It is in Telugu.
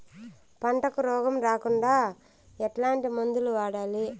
పంటకు రోగం రాకుండా ఎట్లాంటి మందులు వాడాలి?